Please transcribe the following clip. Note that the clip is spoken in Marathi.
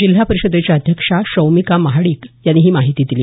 जिल्हा परिषदेच्या अध्यक्षा शौमिका महाडिक यांनी ही माहिती दिली